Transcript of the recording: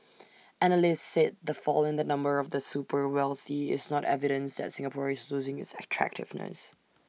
analysts said the fall in the number of the super wealthy is not evidence that Singapore is losing its attractiveness